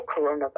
coronavirus